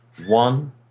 one